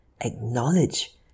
Acknowledge